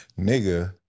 nigga